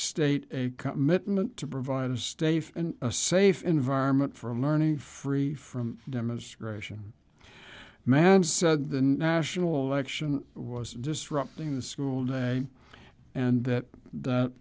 state a commitment to provide a stay for a safe environment for learning free from demonstration ma'am said the national action was disrupting the school day and that th